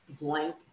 blank